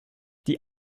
die